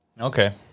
Okay